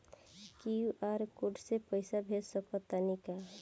QR code से पईसा भेज सक तानी का?